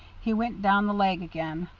he went down the leg again,